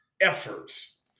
efforts